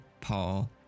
Paul